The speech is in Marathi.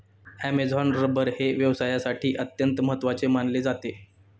ॲमेझॉन रबर हे व्यवसायासाठी अत्यंत महत्त्वाचे मानले जाते